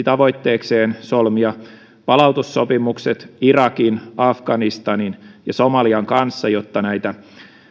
tavoitteekseen solmia palautussopimukset irakin afganistanin ja somalian kanssa jotta näitä